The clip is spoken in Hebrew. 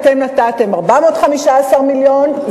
אתם נתתם 415 מיליון,